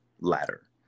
ladder